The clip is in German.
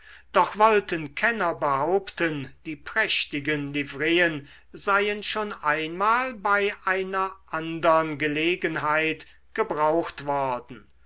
doch wollten kenner behaupten die prächtigen livreen seien schon einmal bei einer andern gelegenheit gebraucht worden